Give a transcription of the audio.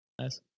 nice